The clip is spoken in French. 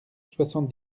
soixante